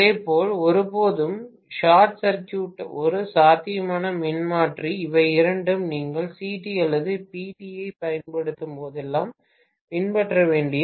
இதேபோல் ஒருபோதும் short circuit ஒரு சாத்தியமான மின்மாற்றி இவை இரண்டும் நீங்கள் CT அல்லது PT ஐப் பயன்படுத்தும் போதெல்லாம் பின்பற்ற வேண்டிய விதிகள்